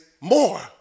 more